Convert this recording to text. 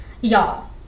y'all